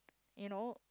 you know